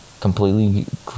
completely